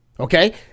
Okay